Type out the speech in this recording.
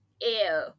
Ew